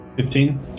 Fifteen